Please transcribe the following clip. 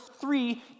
three